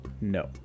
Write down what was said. No